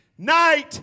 Night